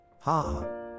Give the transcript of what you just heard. Ha